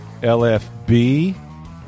LFB